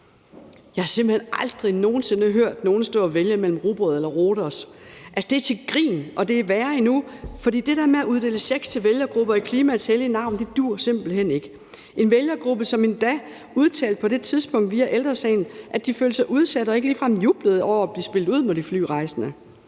Jeg har simpelt hen aldrig nogen sinde hørt nogen stå og vælge mellem rugbrød og Rhodos. Det er til grin, og det er værre endnu, for det der med at uddele checks til vælgergrupper i klimaets hellige navn duer simpelt hen ikke, en vælgergruppe, som endda på det tidspunkt udtalte via Ældre Sagen, at de følte sig udsat og ikke ligefrem jublede over at blive spillet ud mod de flyrejsende.